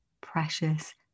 precious